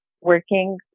working